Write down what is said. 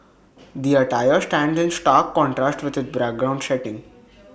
the attire stands in stark contrast with its background setting